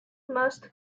must